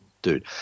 Dude